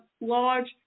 large